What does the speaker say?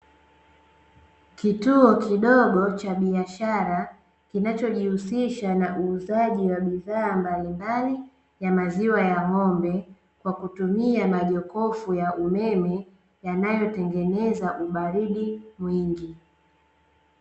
Kituo kidogo cha biashara kinachojihusisha na uuzaji wa bidhaa mbalimbali ya maziwa ya ng’ombe, kwa kutumia majokofu ya umeme yanayotengeneza ubaridi mwingi.